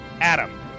Adam